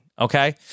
okay